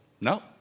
no